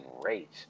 great